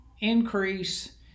increase